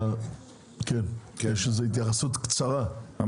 כן התייחסות קצרה אם אפשר.